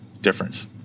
Difference